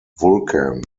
vulcan